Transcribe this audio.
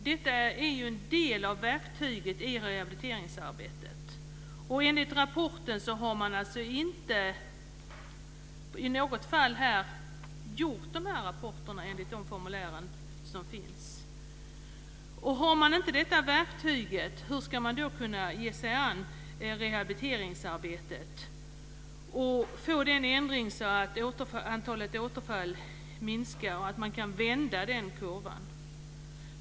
Detta är en del av verktyget i rehabiliteringsarbetet. Enligt rapporten har man inte i något fall gjort planerna enligt de formulär som finns. Om man inte har detta verktyg, hur ska man då kunna gripa sig an rehabiliteringsarbetet och få en sådan ändring att antalet återfall minskar så att man kan vända kurvan?